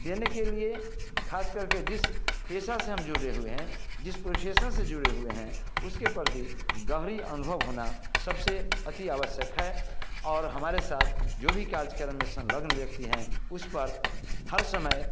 देने के लिए खास करके जिस पेसा से हम जुड़े हुए हैं जिस प्रोसेसन से जुड़े हुए हैं उसके परति गहरी अनुभव होना सबसे अति आवश्यक है और हमारे साथ जो भी काजकर्म में सलग्न व्यक्ति हैं उस पर हर समय